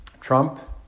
Trump